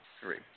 three